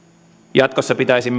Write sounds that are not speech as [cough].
jatkossa pitäisin [unintelligible]